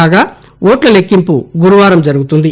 కాగా ఓట్ల లెక్కింపు గురువారం జరుగుతుంది